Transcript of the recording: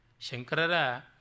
Shankara